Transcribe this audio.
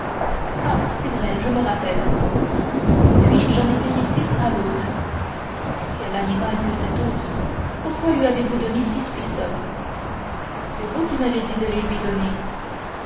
ah c'est vrai je me rappelle puis j'en ai payé six à l'hôte quel animal que cet hôte pourquoi lui avez-vous donné six pistoles c'est vous qui m'avez dit de les lui donner